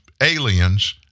aliens